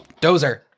Dozer